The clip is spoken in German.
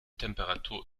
temperatur